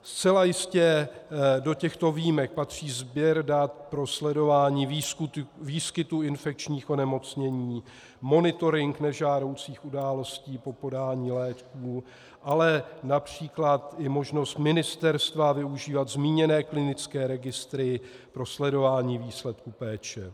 Zcela jistě do těchto výjimek patří sběr dat pro sledování výskytu infekčních onemocnění, monitoring nežádoucích událostí po podání léků, ale například i možnost ministerstva využívat zmíněné klinické registry pro sledování výsledků péče.